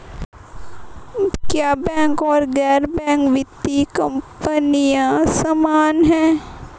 क्या बैंक और गैर बैंकिंग वित्तीय कंपनियां समान हैं?